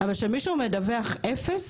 אבל כשמישהו מדווח "אפס",